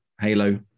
Halo